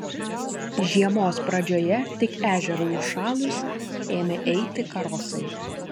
žiemos pradžioje tik ežerui užšalus ėmę eiti karosai